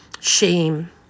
shame